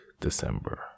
December